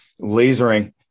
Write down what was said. lasering